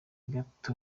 gato